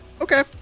Okay